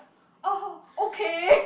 orh okay